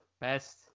Best